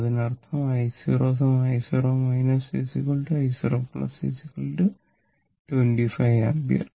അതിനർത്ഥം i0 i0 i0 25 ampere